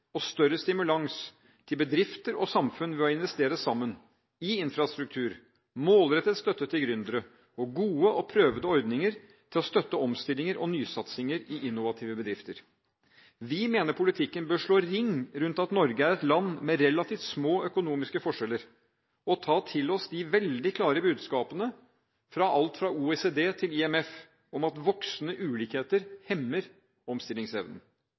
og større stimulans til bedrifter og samfunn ved å investere sammen – i infrastruktur, målrettet støtte til gründere og gode og prøvede ordninger til å støtte omstillinger og nysatsinger i innovative bedrifter. Vi mener politikken bør slå ring rundt at Norge er et land med relativt små økonomiske forskjeller, og ta til oss de veldig klare budskapene fra alt fra OECD til IMF om at voksende ulikheter hemmer omstillingsevnen.